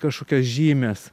kažkokios žymės